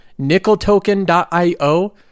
NickelToken.io